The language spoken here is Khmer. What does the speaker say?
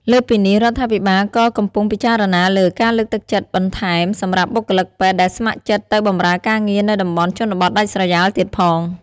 លើសពីនេះ រដ្ឋាភិបាលក៏កំពុងពិចារណាលើ ការលើកទឹកចិត្តបន្ថែម សម្រាប់បុគ្គលិកពេទ្យដែលស្ម័គ្រចិត្តទៅបម្រើការងារនៅតំបន់ជនបទដាច់ស្រយាលទៀតផង។